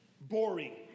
boring